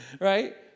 right